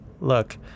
look